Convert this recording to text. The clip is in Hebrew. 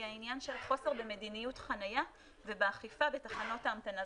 העניין של חוסר במדיניות חניה ובאכיפה בתחנות ההמתנה.